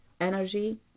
energy